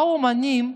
באו אומנים.